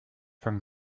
von